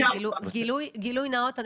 גילוי נאות,